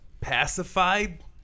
pacified